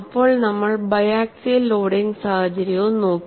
അപ്പോൾ നമ്മൾ biaxial loading സാഹചര്യം നോക്കി